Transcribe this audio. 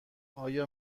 آیا